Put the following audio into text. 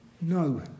no